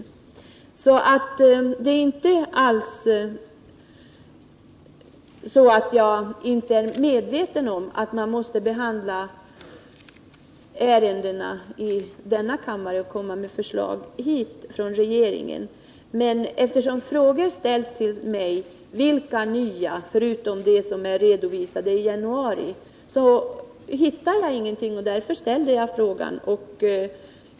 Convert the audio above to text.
Det är inte alls så att jag inte är medveten om att regeringen måste komma hit till riksdagen med sina förslag och att vi måste behandla ärendena i denna kammare, men eftersom frågor ställs till mig om vilka nya åtgärder som är aktuella, förutom de som redovisades i januari, och jag inte kunnat ge något besked ställde jag frågan till statsrådet Mogård.